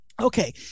Okay